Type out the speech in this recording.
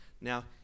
Now